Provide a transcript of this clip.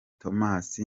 thomas